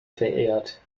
verehrt